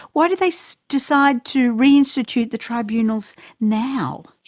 why did they so decide to reinstitute the tribunals now?